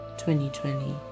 2020